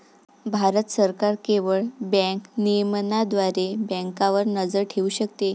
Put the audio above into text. भारत सरकार केवळ बँक नियमनाद्वारे बँकांवर नजर ठेवू शकते